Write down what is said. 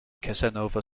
casanova